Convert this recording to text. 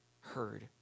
heard